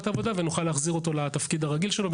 עבודה ונוכל להחזיר אותו לתפקיד הרגיל שלו.